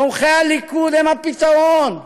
תומכי הליכוד הם הפתרון,